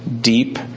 deep